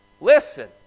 listen